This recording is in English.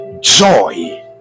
joy